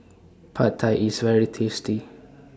Pad Thai IS very tasty